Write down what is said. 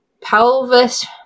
pelvis